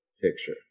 picture